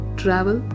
travel